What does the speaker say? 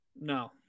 No